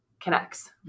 connects